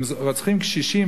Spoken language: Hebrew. אם רוצחים קשישים,